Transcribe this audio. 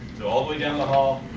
so all the way down the hall,